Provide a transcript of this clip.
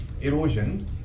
erosion